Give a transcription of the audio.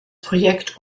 projekt